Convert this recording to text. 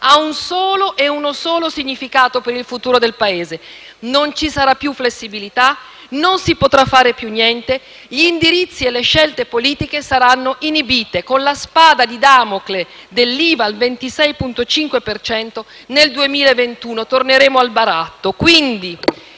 ha un unico significato per il futuro del Paese: non ci sarà più flessibilità; non si potrà fare più niente, gli indirizzi e le scelte politiche saranno inibite. Con la spada di Damocle dell'IVA al 26,5 per cento nel 2021 torneremo al baratto.